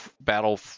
battle